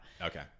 Okay